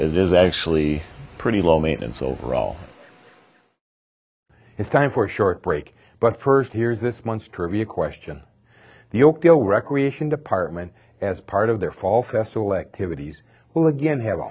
it is actually pretty low maintenance overall it's time for short break but first here is this month's trivia question the o p o recreation department as part of their fall festival activities will again have a